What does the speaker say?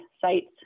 sites